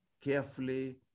carefully